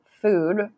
food